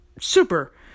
super